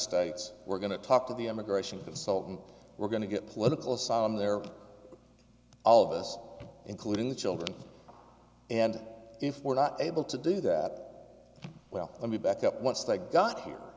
states we're going to talk to the immigration consultant we're going to get political asylum there are all of us including the children and if we're not able to do that well let me back up once they got here